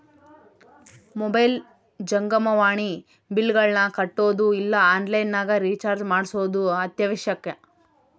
mobile ಜಂಗಮವಾಣಿ ಬಿಲ್ಲ್ಗಳನ್ನ ಕಟ್ಟೊದು ಇಲ್ಲ ಆನ್ಲೈನ್ ನಗ ರಿಚಾರ್ಜ್ ಮಾಡ್ಸೊದು ಅತ್ಯವಶ್ಯಕ